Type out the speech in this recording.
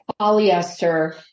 polyester